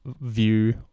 view